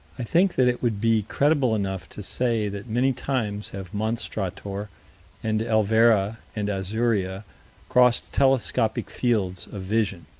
i think that it would be credible enough to say that many times have monstrator and elvera and azuria crossed telescopic fields of vision,